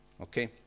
okay